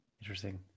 Interesting